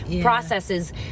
processes